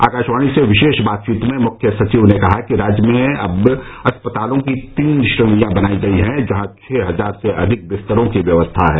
आकाशवाणी से विशेष बातचीत में मुख्य सचिव ने कहा कि राज्य में अब अस्पतालों की तीन श्रेणियां बनाई गई हैं जहां छः हजार से अधिक बिस्तरों की व्यवस्था है